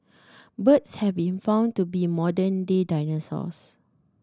birds have been found to be modern day dinosaurs